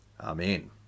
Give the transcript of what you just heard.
Amen